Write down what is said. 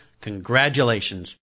congratulations